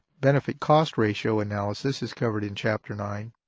benefit cost ratio analysis is covered in chapter nine.